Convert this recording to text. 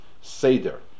Seder